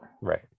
Right